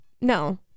No